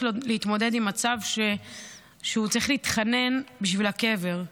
להתמודד עם מצב שצריך להתחנן בשביל הקבר.